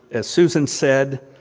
as susan said,